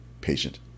Patient